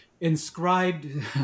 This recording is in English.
inscribed